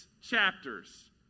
chapters